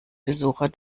besucher